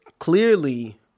Clearly